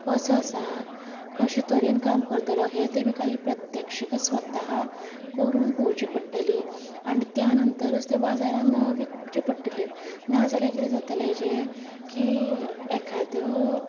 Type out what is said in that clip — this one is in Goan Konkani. कसो आसा कशें तरेन काम करतलो हें तेमी कांय प्रत्यक्ष स्वता करून पळोवचे पडटली पयली आनी त्या नंतरच तें बाजारांत विकचे पडटलें नाजाल्यार कितें जातले हेजे की एकादो